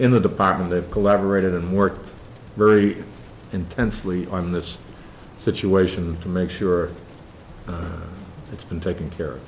in the department they've collaborated and worked very intensely on this situation to make sure it's been taking care of